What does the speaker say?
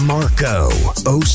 Marco